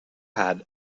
had